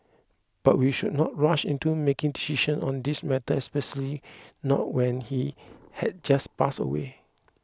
but we should not rush into making decisions on this matter especially not when he had just passed away